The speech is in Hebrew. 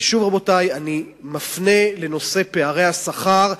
ושוב, רבותי, אני מפנה לנושא פערי השכר.